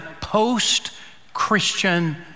post-Christian